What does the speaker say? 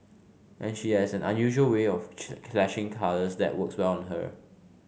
and she has an unusual way of clashing colours that works well on her